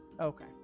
okay